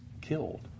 killed